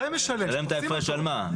משלם את ההפרש על מה?